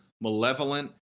malevolent